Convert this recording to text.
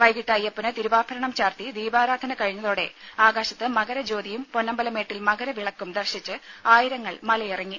വൈകിട്ട് അയ്യപ്പന് തിരുവാഭരണം ചാർത്തി ദീപാരാധന കഴിഞ്ഞതോടെ ആകാശത്ത് മകരജ്യോതിയും പൊന്നമ്പലമേട്ടിൽ മകരവിളക്കും ദർശിച്ച് ആയിരങ്ങൾ മലയിറങ്ങി